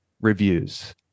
reviews